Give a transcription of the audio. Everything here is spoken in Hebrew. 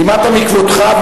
למטה מכבודך,